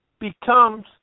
becomes